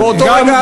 גם אני.